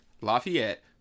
lafayette